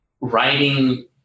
writing